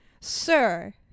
Sir